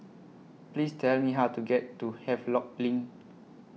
Please Tell Me How to get to Havelock LINK